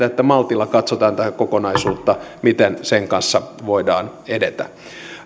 että maltilla katsotaan tätä kokonaisuutta miten sen kanssa voidaan edetä